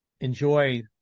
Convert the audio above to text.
enjoy